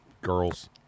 girls